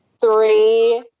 three